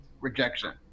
rejection